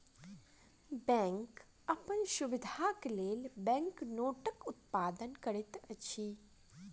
bank अपन सुविधाक लेल बैंक नोटक उत्पादन करैत अछि